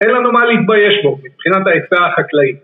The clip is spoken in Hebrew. אין לנו מה להתבייש פה מבחינת ההפעה החקלאית